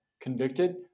convicted